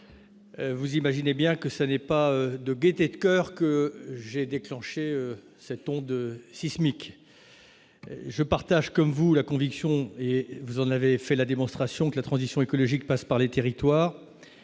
Vous imaginez bien que ça n'est pas de gaieté de coeur que j'ai déclenché cette onde sismique je partage comme vous la conviction et vous en avait fait la démonstration que la transition écologique passe par les territoires